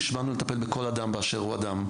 אנחנו נשבענו לטפל בכל אדם באשר הוא אדם,